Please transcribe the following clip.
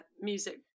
music